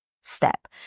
step